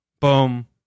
Boom